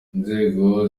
inzego